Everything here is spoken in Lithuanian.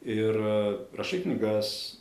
ir rašai knygas